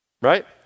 right